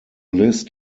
list